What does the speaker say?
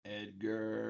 edgar